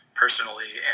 personally